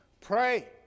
pray